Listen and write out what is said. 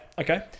okay